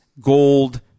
gold